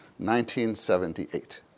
1978